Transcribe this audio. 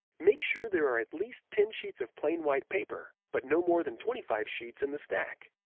make sure there are at least ten sheets of plain white paper, but no more than twenty five sheets in the stack.